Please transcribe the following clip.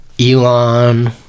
Elon